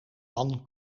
man